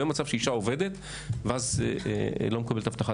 שלא יהיה מצב שאישה עובדת ואז לא מקבלת הבטחת